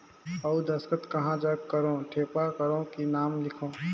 अउ दस्खत कहा जग करो ठेपा करो कि नाम लिखो?